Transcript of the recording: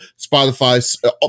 Spotify